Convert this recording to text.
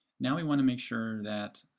now we want to make sure that,